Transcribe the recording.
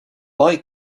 like